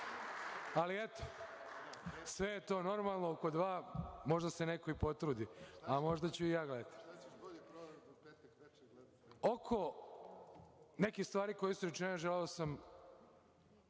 snimak. Sve je to normalno, oko dva, možda se neko potrudi, a možda ću i ja gledati. Oko nekih stvari koje su rečene želeo sam,